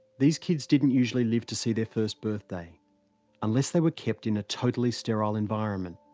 these kids didn't usually live to see their first birthday unless they were kept in a totally sterile environment.